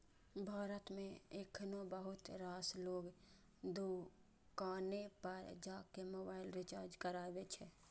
भारत मे एखनो बहुत रास लोग दोकाने पर जाके मोबाइल रिचार्ज कराबै छै